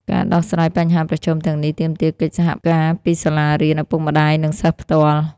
ការដោះស្រាយបញ្ហាប្រឈមទាំងនេះទាមទារកិច្ចសហការពីសាលារៀន ឪពុកម្តាយ និងសិស្សផ្ទាល់។